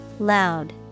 loud